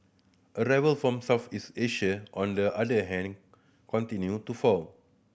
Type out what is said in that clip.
arrival from Southeast Asia on the other hand continued to fall